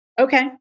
Okay